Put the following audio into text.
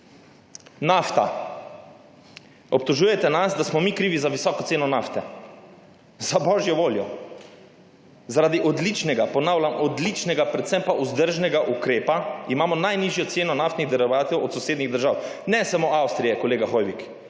Nafta. Obtožujete nas, da smo mi krivi za visoko ceno nafte. Za božjo voljo! Zaradi odličnega, ponavljam odličnega, predvsem pa vzdržnega ukrepa imamo najnižjo ceno naftnih derivatov od sosednjih držav. Ne samo Avstrije, kolega Hoivik,